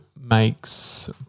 makes